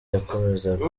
yakomezaga